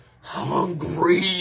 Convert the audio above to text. hungry